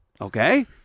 Okay